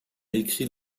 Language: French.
écrit